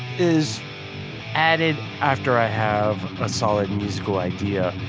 is added after i have ah solid musical idea.